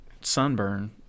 sunburn